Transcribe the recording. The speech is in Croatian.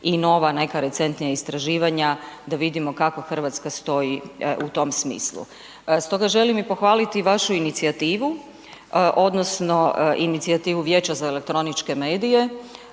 i nova neka recentnija istraživanja da vidimo kako Hrvatska stoji u tom smislu. Stoga želim i pohvaliti vašu inicijativu, odnosno inicijativu Vijeća za elektroničke medije